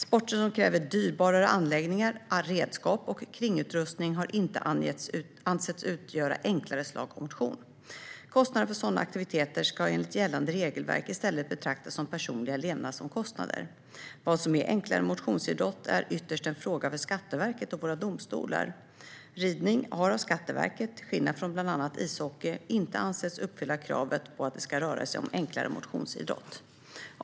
Sporter som kräver dyrbarare anläggningar, redskap och kringutrustning har inte ansetts utgöra enklare slag av motion. Kostnader för sådana aktiviteter ska enligt gällande regelverk i stället betraktas som personliga levnadsomkostnader. Vad som är enklare motionsidrott är ytterst en fråga för Skatteverket och våra domstolar. Ridning har av Skatteverket, till skillnad från bland annat ishockey, inte ansetts uppfylla kravet på att det ska röra sig om enklare motionsidrott.